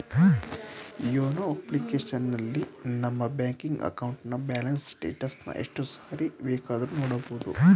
YONO ಅಪ್ಲಿಕೇಶನಲ್ಲಿ ನಮ್ಮ ಬ್ಯಾಂಕಿನ ಅಕೌಂಟ್ನ ಬ್ಯಾಲೆನ್ಸ್ ಸ್ಟೇಟಸನ್ನ ಎಷ್ಟು ಸಾರಿ ಬೇಕಾದ್ರೂ ನೋಡಬೋದು